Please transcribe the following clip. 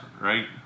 Right